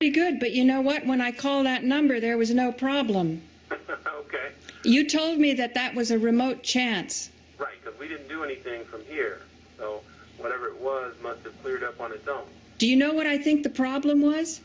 be good but you know what when i called that number there was no problem you tell me that that was a remote chance do you know what i think the problem was